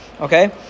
Okay